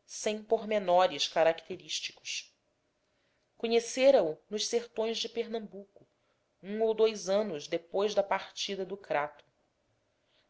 datas sem pormenores característicos conhecera o nos sertões de pernambuco um ou dous anos depois da partida do crato